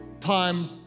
time